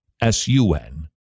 S-U-N